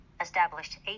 Established